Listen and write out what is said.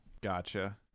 Gotcha